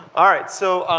all right. so